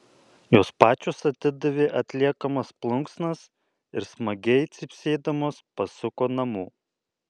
jos pačios atidavė atliekamas plunksnas ir smagiai cypsėdamos pasuko namo